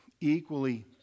Equally